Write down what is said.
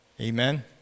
amen